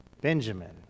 Benjamin